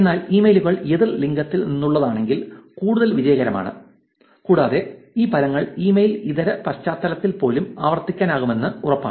എന്നാൽ ഇമെയിലുകൾ എതിർ ലിംഗത്തിൽ നിന്നുള്ളതാണെങ്കിൽ കൂടുതൽ വിജയകരമാണ് കൂടാതെ ഈ ഫലങ്ങൾ ഇമെയിൽ ഇതര പശ്ചാത്തലത്തിൽ പോലും ആവർത്തിക്കാനാകുമെന്ന് ഉറപ്പാണ്